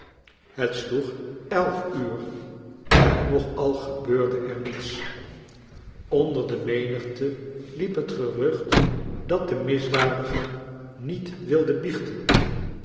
het sloeg elf uur en nog al gebeurde er niets onder de menigte liep het gerucht dat de misdadiger niet wilde biechten